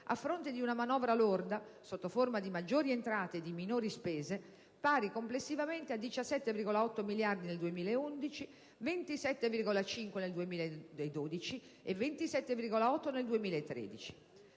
a fronte di una manovra lorda (sotto forma di maggiori entrate e di minori spese) pari, complessivamente, a 17,8 miliardi nel 2011, 27,5 miliardi nel 2012